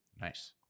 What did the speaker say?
Nice